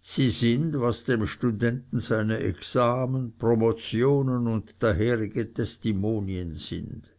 sie sind was dem studenten seine examen promotionen und daherige testimonien sind